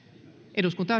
eduskunta